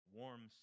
warm